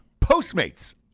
Postmates